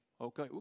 okay